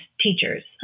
teachers